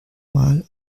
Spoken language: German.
mal